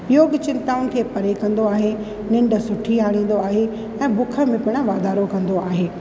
योगु चिंताउनि खे परे कंदो आहे निंड सुठी आणींदो आहे ऐं भुख में पिणु वाधारो कंदो आहे